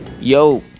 Yo